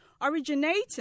originating